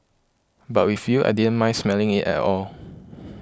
but with you I didn't mind smelling it at all